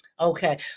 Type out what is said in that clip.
Okay